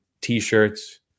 T-shirts